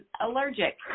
allergic